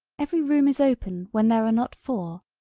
every room is open when there are not four,